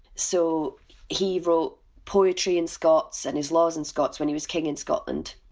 so he wrote poetry in scots and his laws in scots when he was king in scotland.